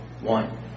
One